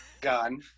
gun